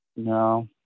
no